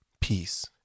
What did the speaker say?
Peace